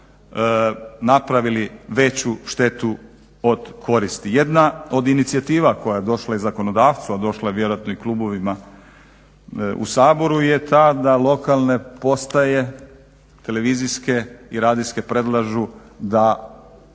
napravili veću štetu od koristi. Jedna od inicijativa koja je došla i zakonodavcu a vjerojatno je došla i klubovima u Saboru je ta da lokalne postaje televizijske i radijske predlažu da